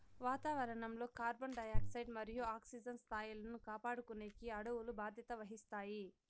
వాతావరణం లో carbon dioxide మరియు ఆక్సిజన్ స్థాయిలను కాపాడుకునేకి అడవులు బాధ్యత వహిస్తాయి